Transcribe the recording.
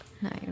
Nice